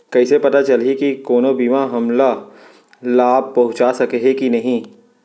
कइसे पता चलही के कोनो बीमा हमला लाभ पहूँचा सकही के नही